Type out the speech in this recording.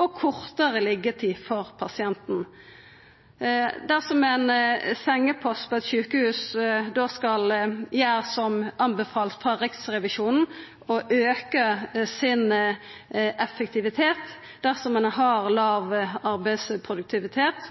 og kortare liggjetid for pasienten. Dersom ein sengepost på eit sjukehus skal gjera som anbefalt frå Riksrevisjonen, og auka sin effektivitet – dersom ein har låg arbeidsproduktivitet –